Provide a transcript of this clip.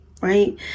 right